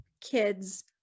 kids